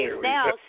now